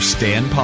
Stan